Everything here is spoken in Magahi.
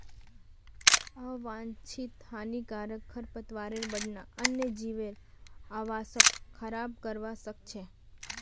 आवांछित हानिकारक खरपतवारेर बढ़ना वन्यजीवेर आवासक खराब करवा सख छ